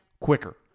quicker